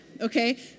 okay